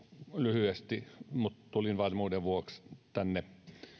lyhyesti mutta tulin varmuuden vuoksi tänne